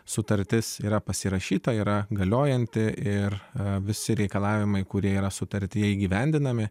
sutartis yra pasirašyta yra galiojanti ir visi reikalavimai kurie yra sutartyje įgyvendinami